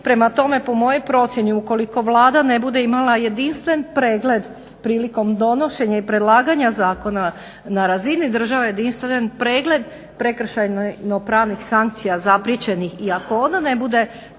Prema tome po mojoj procjeni ukoliko Vlada ne bude imala jedinstven pregled prilikom donošenja i predlaganja zakona na razini države jedinstven pregled prekršajnopravnih sankcija zapriječenih i ako onda ne bude